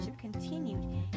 Continued